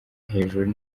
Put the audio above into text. hejuru